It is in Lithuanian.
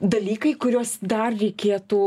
dalykai kuriuos dar reikėtų